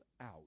out